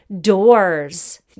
doors